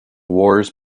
wars